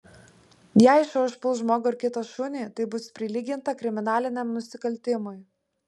jei šuo užpuls žmogų ar kitą šunį tai bus prilyginta kriminaliniam nusikaltimui